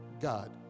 God